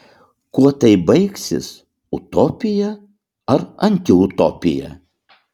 kuo tai baigsis utopija ar antiutopija